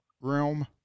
realm